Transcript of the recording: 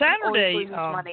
Saturday